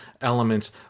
elements